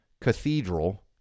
Cathedral